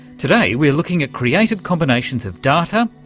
today we're looking at creative combinations of data,